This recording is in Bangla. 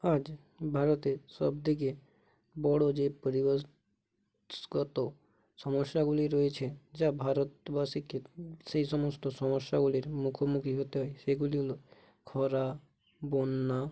আজ ভারতের সবথেকে বড় যে পরিবেশ স গত সমস্যাগুলি রয়েছে যা ভারতবাসীকে সেই সমস্ত সমস্যাগুলির মুখোমুখি হতে হয় সেগুলি হলো খরা বন্যা